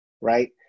right